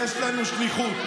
יש לנו שליחות,